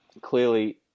clearly